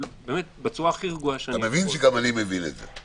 אתה מבין שגם אני מבין את זה.